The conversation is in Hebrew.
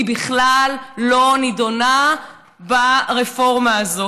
היא בכלל לא נדונה ברפורמה הזאת.